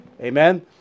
Amen